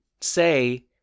say